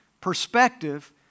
perspective